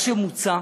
מה שמוצע,